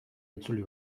itzuli